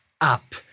up